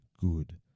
good